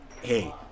hey